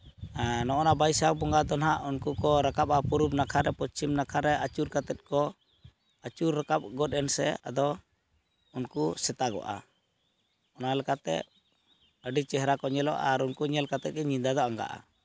ᱱᱚᱜᱼᱚ ᱱᱟ ᱵᱟᱹᱭᱥᱟᱹᱠᱷ ᱵᱚᱸᱜᱟ ᱫᱚ ᱦᱟᱸᱜ ᱩᱱᱠᱩ ᱠᱚ ᱨᱟᱠᱟᱵᱽᱼᱟ ᱯᱩᱨᱚᱵ ᱱᱟᱠᱷᱟ ᱨᱮ ᱯᱚᱪᱪᱷᱤᱢ ᱱᱟᱠᱷᱟᱨᱮ ᱟᱹᱪᱩᱨ ᱠᱟᱛᱮᱫ ᱠᱚ ᱟᱹᱪᱩᱨ ᱨᱟᱠᱟᱵ ᱜᱚᱫᱽ ᱮᱱ ᱥᱮ ᱟᱫᱚ ᱩᱱᱠᱩ ᱥᱮᱛᱟᱜᱚᱜᱼᱟ ᱚᱱᱟ ᱞᱮᱠᱟᱛᱮ ᱟᱹᱰᱤ ᱪᱮᱦᱨᱟ ᱠᱚ ᱧᱮᱞᱚᱜᱼᱟ ᱟᱨ ᱩᱱᱠᱩ ᱧᱮᱞ ᱠᱟᱛᱮ ᱜᱮ ᱧᱤᱫᱟᱹ ᱫᱚ ᱟᱸᱜᱟᱜᱼᱟ